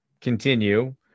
Continue